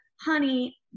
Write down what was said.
honey